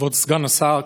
כבוד סגן השר,